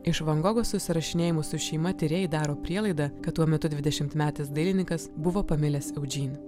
iš van gogo susirašinėjimų su šeima tyrėjai daro prielaidą kad tuo metu dvidešimtmetis dailininkas buvo pamilęs eudžin